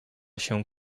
się